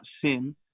sin